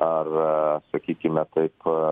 ar sakykime taip